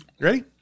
Ready